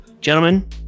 Gentlemen